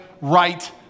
right